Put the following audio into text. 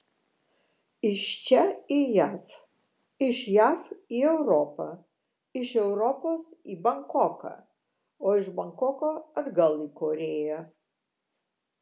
iš čia į jav iš jav į europą iš europos į bankoką o iš bankoko atgal į korėją